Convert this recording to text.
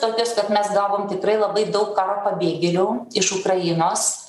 tokios kad mes gavom tikrai labai daug karo pabėgėlių iš ukrainos